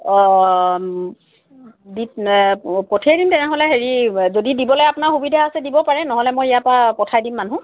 অঁ অঁ দীপ পঠিয়াই দিম তেনেহ'লে হেৰি যদি দিবলৈ আপোনাৰ সুবিধা আছে দিব পাৰে নহ'লে মই ইয়াৰপৰা পঠাই দিম মানুহ